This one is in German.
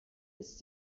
ist